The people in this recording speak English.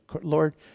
Lord